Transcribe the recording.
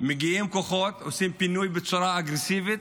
מגיעים כוחות, עושים פינוי בצורה אגרסיבית.